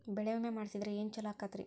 ಬೆಳಿ ವಿಮೆ ಮಾಡಿಸಿದ್ರ ಏನ್ ಛಲೋ ಆಕತ್ರಿ?